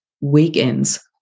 weekends